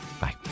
Bye